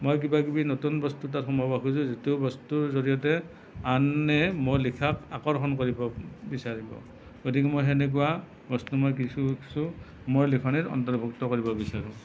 মই কিবা কিবি নতুন বস্তু তাত সোমোৱাব খোজোঁ যিটো বস্তুৰ জৰিয়তে আনে মোৰ লিখাক আকৰ্ষণ কৰিব বিচাৰিব গতিকে মই সেনেকুৱা বস্তু মই কিছু কিছু মোৰ লিখনিত অন্তৰ্ভুক্ত কৰিব বিচাৰোঁ